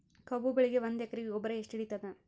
ಕಬ್ಬು ಬೆಳಿ ಒಂದ್ ಎಕರಿಗಿ ಗೊಬ್ಬರ ಎಷ್ಟು ಹಿಡೀತದ?